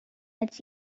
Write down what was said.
its